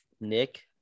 Nick